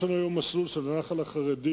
הרי יש לנו היום מסלול של הנח"ל החרדי,